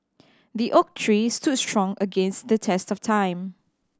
the oak tree stood strong against the test of time